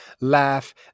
laugh